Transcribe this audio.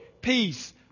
peace